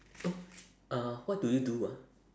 oh uh what do you do ah